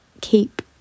keep